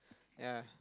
ya